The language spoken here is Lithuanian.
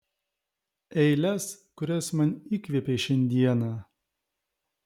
eiles kurias man įkvėpei šiandieną